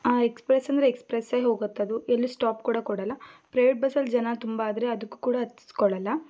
express ಅಂದರೆ ಎಕ್ಸ್ಪ್ರೆಸ್ಸೆ ಹೋಗತ್ತದು ಎಲ್ಲೂ ಸ್ಟಾಪ್ ಕೂಡ ಕೊಡಲ್ಲ ಪ್ರೈವೇಟ್ ಬಸ್ಸಲ್ಲಿ ಜನ ತುಂಬ ಆದರೆ ಅದಕ್ಕೂ ಕೂಡ ಹತ್ಸ್ಕೊಳ್ಳಲ್ಲ